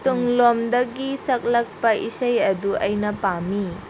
ꯇꯨꯡꯂꯣꯝꯗꯒꯤ ꯁꯛꯂꯛꯄ ꯏꯁꯩ ꯑꯗꯨ ꯑꯩꯅ ꯄꯥꯝꯃꯤ